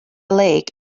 lake